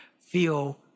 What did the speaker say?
feel